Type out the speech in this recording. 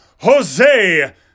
Jose